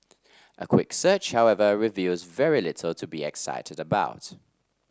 a quick search however reveals very little to be excited about